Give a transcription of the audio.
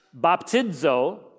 baptizo